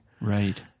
Right